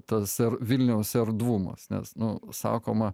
tas ar vilniaus erdvumas nes nu sakoma